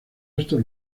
esos